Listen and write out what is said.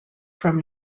from